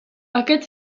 aquest